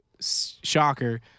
Shocker